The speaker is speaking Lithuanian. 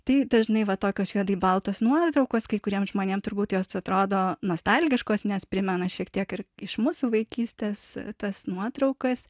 tai dažnai va tokios juodai baltos nuotraukos kai kuriems žmonėm turbūt jos atrodo nostalgiškos nes primena šiek tiek ir iš mūsų vaikystės tas nuotraukas